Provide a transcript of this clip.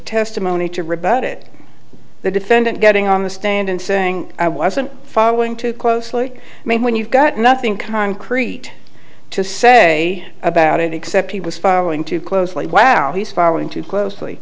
testimony to rebut it the defendant getting on the stand and saying i wasn't following too closely i mean when you've got nothing concrete to say about it except he was following too closely well he's following too closely